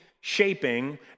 shaping